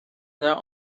there